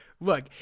look